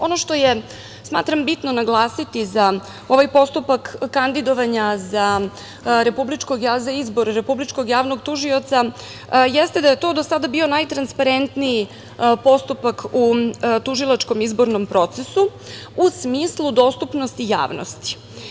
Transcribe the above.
Ono što je bitno naglasiti za ovaj postupak kandidovanja za izbor Republičkog javnog tužioca jeste da je to do sada bio najtransparentniji postupak u tužilačkom izbornom procesu u smislu dostupnosti javnosti.